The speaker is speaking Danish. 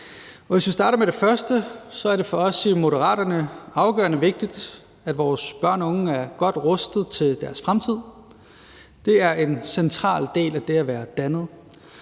Hvis vi starter med det første, er det for os i Moderaterne afgørende vigtigt, at vores børn og unge er godt rustet til deres fremtid. Det er en central del af det at være dannet.